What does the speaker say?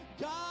God